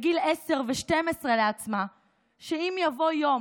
בגיל 10 ו-12, שאם יבוא יום